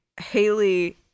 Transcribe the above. Haley